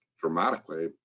dramatically